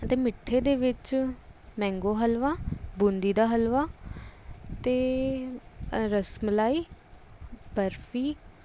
ਅਤੇ ਮਿੱਠੇ ਦੇ ਵਿੱਚ ਮੈਂਗੋ ਹਲਵਾ ਬੂੰਦੀ ਦਾ ਹਲਵਾ ਅਤੇ ਰਸ ਮਲਾਈ ਬਰਫ਼ੀ